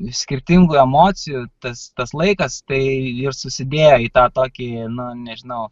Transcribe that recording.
skirtingų emocijų tas tas laikas tai ir susidėjo į tą tokį nu nežinau